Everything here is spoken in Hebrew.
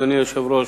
אדוני היושב-ראש,